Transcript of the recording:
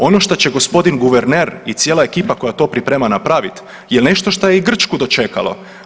Ono šta će gospodin guverner i cijela ekipa koja to priprema napraviti je nešto šta je i Grčku dočekalo.